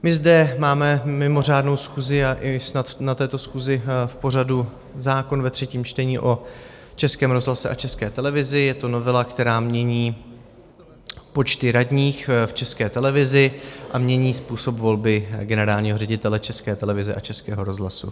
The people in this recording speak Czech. My zde máme mimořádnou schůzi a i snad na této schůzi v pořadu zákon ve třetím čtení o Českém rozhlase a České televizi je to novela, která mění počty radních v České televizi a mění způsob volby generálního ředitele České televize a Českého rozhlasu.